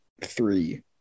three